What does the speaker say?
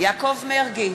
יעקב מרגי,